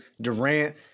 Durant